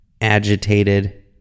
agitated